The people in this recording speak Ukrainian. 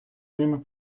ними